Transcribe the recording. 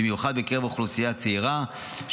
במיוחד בקרב אוכלוסייה צעירה.